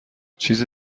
چیزی